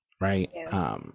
right